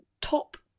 top